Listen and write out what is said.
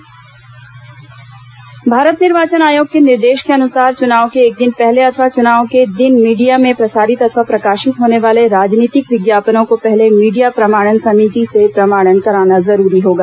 media प्रमाणन भारत निर्वाचन आयोग के निर्देश के अनुसार चुनाव के एक दिन पहले अथवा चुनाव के दिन मीडिया में प्रसारित अथवा प्रकाशित होने वाले राजनीतिक विज्ञापनों को पहले मीडिया प्रमाणन समिति से प्रमाणन कराना जरूरी होगा